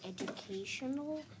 educational